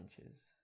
inches